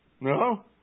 No